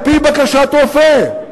על-פי בקשת רופא.